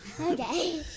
Okay